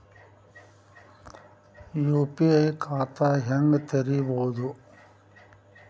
UPI ಖಾತಾ ಹೆಂಗ್ ತೆರೇಬೋದು?